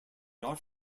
not